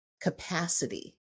capacity